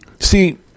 See